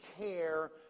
care